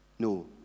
No